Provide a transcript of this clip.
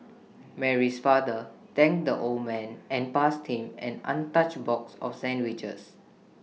Mary's father thanked the old man and passed him an untouched box of sandwiches